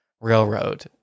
Railroad